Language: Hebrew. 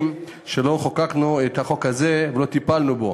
שבהן לא חוקקנו את החוק הזה ולא טיפלנו בו.